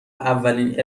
اولین